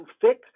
thick